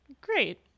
Great